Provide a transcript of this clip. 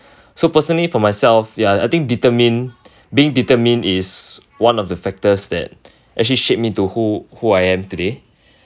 so personally for myself ya I think determined being determined is one of the factors that actually shape me to who who I am today